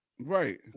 Right